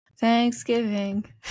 Thanksgiving